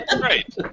Right